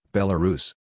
Belarus